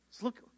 Look